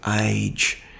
age